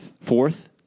fourth